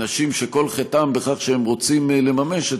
אנשים שכל חטאם בכך שהם רוצים לממש את